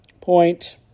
point